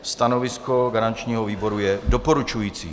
Stanovisko garančního výboru je doporučující.